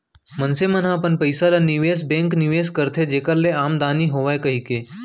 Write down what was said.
मनसे मन ह अपन पइसा ल निवेस बेंक निवेस करथे जेखर ले आमदानी होवय कहिके